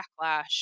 backlash